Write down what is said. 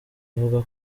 avuga